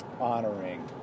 honoring